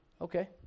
Okay